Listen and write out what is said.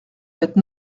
faite